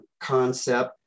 concept